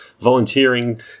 volunteering